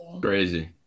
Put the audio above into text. crazy